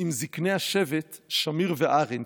עם זקני השבט שמיר וארנס,